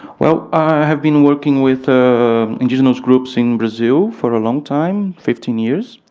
well, i have been working with indigenous groups in brazil for a long time, fifteen years,